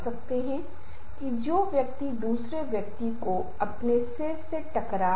इस क्षेत्र के विद्वानों ने संघर्ष को कैसे देखा है उदाहरण के लिए विद्वानों में से एक Deutsch हैं जिन्होंने 1971 में इसको परखा